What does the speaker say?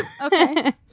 Okay